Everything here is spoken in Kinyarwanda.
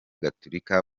gaturika